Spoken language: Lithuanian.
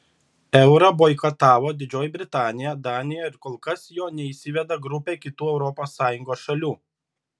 eurą boikotavo didžioji britanija danija ir kol kas jo neįsiveda grupė kitų europos sąjungos šalių